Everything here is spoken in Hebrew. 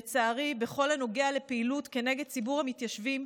לצערי, בכל הנוגע לפעילות כנגד ציבור המתיישבים,